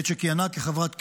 בעת שכיהנה כחברת כנסת,